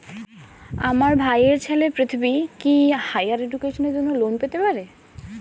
আমার ভাইয়ের ছেলে পৃথ্বী, কি হাইয়ার এডুকেশনের জন্য লোন পেতে পারে?